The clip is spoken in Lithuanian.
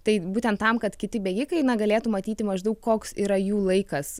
tai būtent tam kad kiti bėgikai na galėtų matyti maždaug koks yra jų laikas